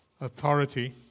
authority